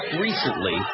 recently